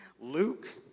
Luke